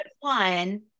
one